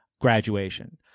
graduation